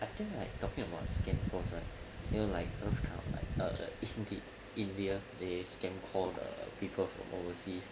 I think like talking about skin [one] you know like isn't it india they can call the people from overseas